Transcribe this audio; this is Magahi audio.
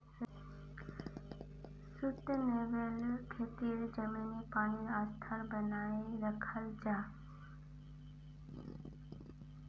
सुस्तेनाब्ले खेतित ज़मीनी पानीर स्तर बनाए राखाल जाहा